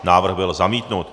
Návrh byl zamítnut.